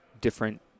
different